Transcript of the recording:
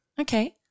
Okay